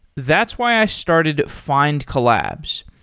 that's why i started findcollabs.